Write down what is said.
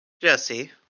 Jesse